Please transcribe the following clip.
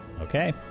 Okay